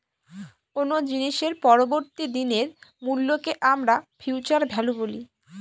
কোনো জিনিসের পরবর্তী দিনের মূল্যকে আমরা ফিউচার ভ্যালু বলি